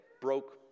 broke